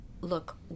look